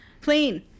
clean